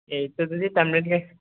ꯑꯦꯁ ꯑꯗꯨꯗꯤ ꯊꯝꯂꯒꯦ